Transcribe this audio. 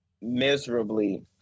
miserably